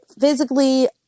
physically